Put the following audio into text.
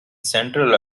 central